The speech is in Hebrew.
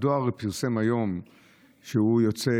הדואר פרסם היום שהוא יוצא